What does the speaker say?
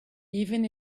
even